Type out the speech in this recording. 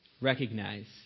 recognize